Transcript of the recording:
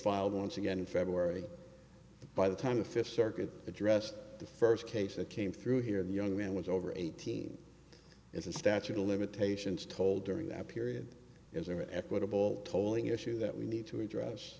filed once again in february by the time the fifth circuit addressed the first case that came through here the young man was over eighteen is a statute of limitations told during that period is an equitable tolling issue that we need to address